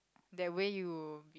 that way you